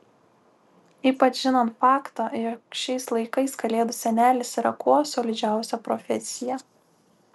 ypač žinant faktą jog šiais laikais kalėdų senelis yra kuo solidžiausia profesija